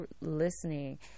listening